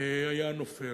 היה נופל.